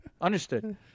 understood